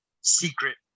secret